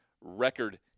record